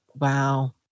Wow